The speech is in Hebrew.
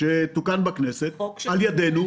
שתוקן בכנסת על ידנו.